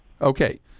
Okay